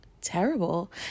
terrible